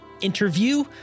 interview